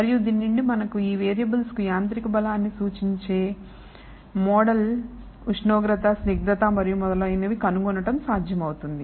మరియు దీని నుండి మనకు ఈ వేరియబుల్స్ కు యాంత్రిక బలాన్ని సూచించే మోడల్ ఉష్ణోగ్రత స్నిగ్ధత మరియు మొదలైనవి కనుగొనడం సాధ్యమవుతుంది